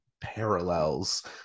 parallels